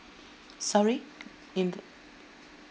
sorry inv~